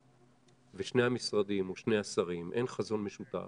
ולשני המשרדים או לשני השרים אין חזון משותף